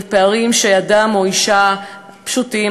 לפערים שאדם או אישה פשוטים,